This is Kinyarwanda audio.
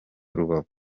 rubavu